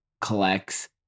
collects